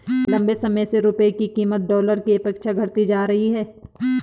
लंबे समय से रुपये की कीमत डॉलर के अपेक्षा घटती जा रही है